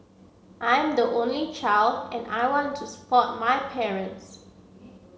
I am the only child and I want to support my parents